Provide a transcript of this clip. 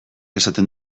esaten